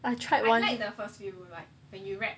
I tried one